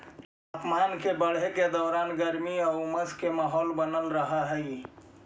तापमान के बढ़े के दौरान गर्मी आउ उमस के माहौल बनल रहऽ हइ